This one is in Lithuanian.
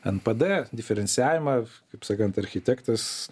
npd diferencijavimą kaip sakant architektas